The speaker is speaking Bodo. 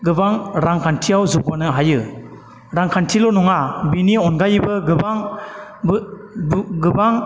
गोबां रांखान्थियाव जौगानो हायो रांखान्थिल' नङा बेनि अनगायैबो गोबां बो बो गोबां